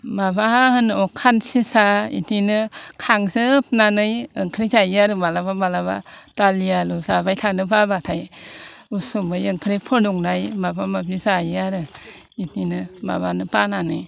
माबा होनो अ खानसिनसा बेदिनो खांजोबनानै ओंख्रै जायो आरो माब्लाबा माब्लाबा दालि आलु जाबाय थानो बाब्लाथाय उसुमै ओंख्रै फुदुंनाय माबा माबि जायो आरो बेदिनो माबानो बानानै